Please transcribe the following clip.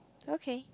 okay